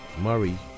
Murray